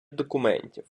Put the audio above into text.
документів